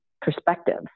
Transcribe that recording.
perspective